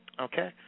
Okay